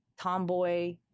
tomboy